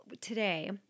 Today